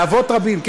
אבות רבים?